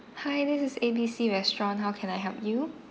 hi this is A B C restaurant how can I help you